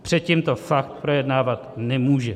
Předtím to fakt projednávat nemůže.